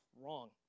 wrong